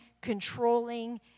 controlling